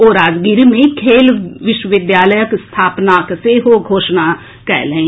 ओ राजगीर मे खेल विश्वविद्यालयक स्थापनाक सेहो घोषणा कएलनि